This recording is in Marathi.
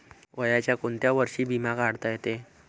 वयाच्या कोंत्या वर्षी बिमा काढता येते?